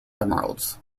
emeralds